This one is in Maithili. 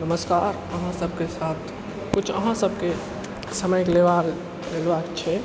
नमस्कार अहाँसबके साथ किछु अहाँसबके समय लेबाक लेबाक छै